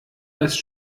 ist